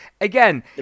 Again